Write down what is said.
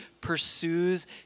pursues